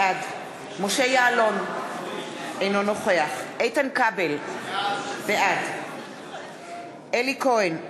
בעד משה יעלון, אינו נוכח איתן כבל, בעד אלי כהן,